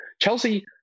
Chelsea